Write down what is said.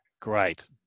Great